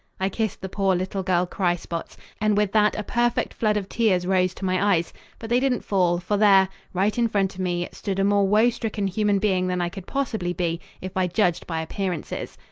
i kissed the poor little-girl cry-spots and with that a perfect flood of tears rose to my eyes but they didn't fall, for there, right in front of me, stood a more woe-stricken human being than i could possibly be, if i judged by appearances.